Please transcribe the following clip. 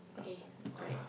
okay alright